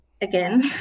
again